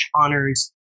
Honors